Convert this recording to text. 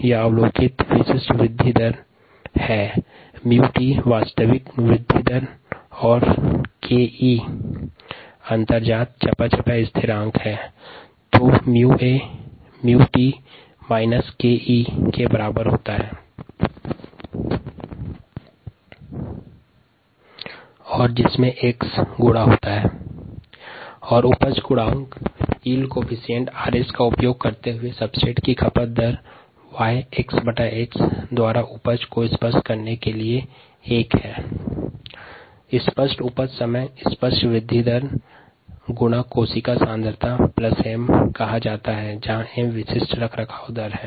rx के संदर्भ में संबंधित समीकरण निम्नानुसार है rxAxT kex उपज गुणांक 𝑟𝑆 के सन्दर्भ में क्रियाधार की खपत दर Y xs द्वारा उपज को स्पष्ट करने के लिए निम्नलिखित समीकरण का प्रयोग करते है जहाँ 𝑚 स्पेसिफिक मेन्टेनेस रेट या विशिष्ट रखरखाव दर है